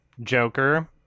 Joker